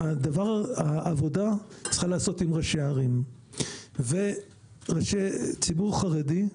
העבודה צריכה להיעשות עם ראשי הערים וציבור חרדי,